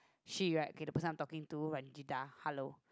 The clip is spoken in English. she right K the person I talking to Ranjida hello